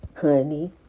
honey